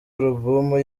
alubumu